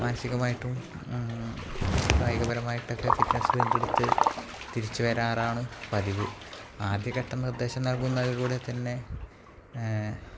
മാനസികമായിട്ടും കായികപരമായിട്ടൊക്കെ ഫിറ്റ്നെസ്സ് വീണ്ടെടുത്ത് തിരിച്ചുവരാറാണ് പതിവ് ആദ്യ ഘട്ടം നിർദ്ദേശം നൽകുന്നതിലൂടെ തന്നെ